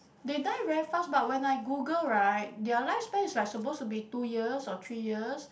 they die very fast but when I Google right their life span is like supposed to be two years or three years